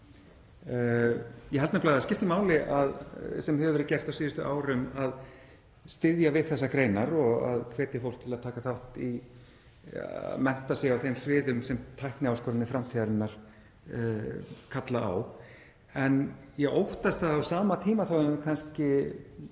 Ég held nefnilega að það skipti máli, sem hefur verið gert á síðustu árum, að styðja við þessar greinar og hvetja fólk til að taka þátt í mennta sig á þeim sviðum sem tækniáskoranir framtíðarinnar kalla á en ég óttast að á sama tíma þá höfum við kannski